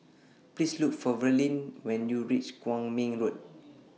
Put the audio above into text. Please Look For Verlie when YOU REACH Kwong Min Road